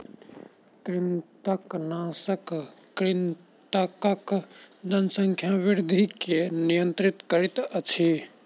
कृंतकनाशक कृंतकक जनसंख्या वृद्धि के नियंत्रित करैत अछि